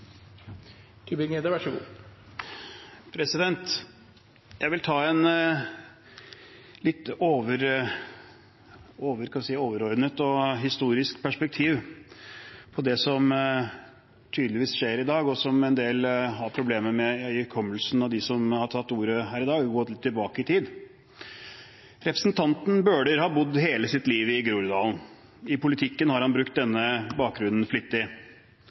Jeg vil ha et litt overordnet og historisk perspektiv på det som tydeligvis skjer i dag, og gå tilbake i tid, for en del av dem som har tatt ordet her, har problemer med hukommelsen. Representanten Bøhler har bodd hele sitt liv i Groruddalen. I politikken har han brukt denne bakgrunnen flittig.